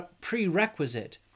prerequisite